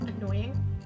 Annoying